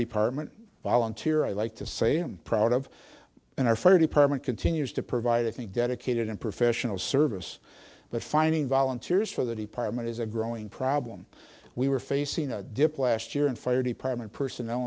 department volunteer i liked to say i'm proud of and our fire department continues to provide i think dedicated and professional service but finding volunteers for that he parliament is a growing problem we were facing a dip last year and fire department personnel